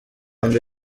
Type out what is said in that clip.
mbere